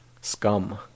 scum